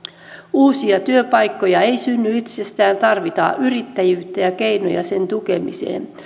uusia työpaikkoja ei synny itsestään tarvitaan yrittäjyyttä ja keinoja sen tukemiseen